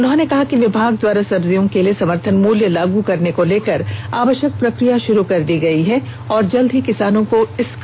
उन्होंने कहा कि विभाग द्वारा सब्जियों के लिए समर्थन मूल्य लागू करने को लेकर आवश्यक प्रक्रिया शुरू कर दी गयी है और जल्द ही किसानों को इसका लाभ मिलेगा